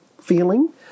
feeling